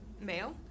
male